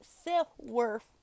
self-worth